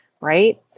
Right